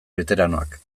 beteranoak